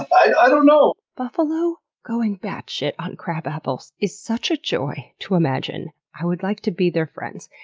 i don't know! buffalo going batshit on crabapples is such a joy to imagine. i would like to be their friends.